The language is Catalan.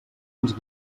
ens